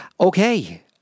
Okay